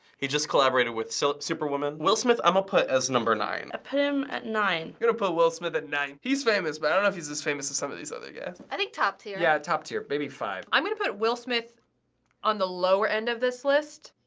he just collaborated with so superwoman. will smith, i'ma put as number nine. i put him at nine. i'm gonna put will smith at nine. he's famous, but i don't know if he's as famous as some of these other guys. i think top tier. yeah, top tier. maybe five. i'm gonna put will smith on the lower end of this list,